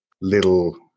little